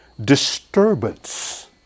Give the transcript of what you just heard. disturbance